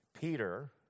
Peter